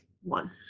one